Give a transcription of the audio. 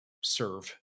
serve